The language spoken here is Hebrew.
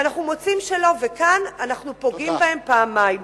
ואנחנו מוצאים שלא, כאן אנחנו פוגעים בהם פעמיים.